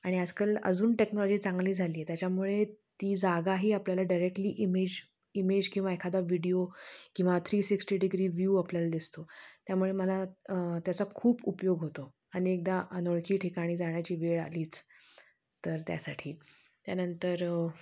आणि आजकाल अजून टेक्नॉलॉजी चांगली झाली आहे त्याच्यामुळे ती जागाही आपल्याला डायरेक्टली इमेज इमेज किंवा एखादा व्हिडिओ किंवा थ्री सिक्स्टी डिग्री विव आपल्याला दिसतो त्यामुळे मला त्याचा खूप उपयोग होतो अनेकदा अनोळखी ठिकाणी जाण्याची वेळ आलीच तर त्यासाठी त्यानंतर